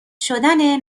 شدن